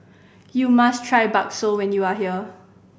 you must try bakso when you are here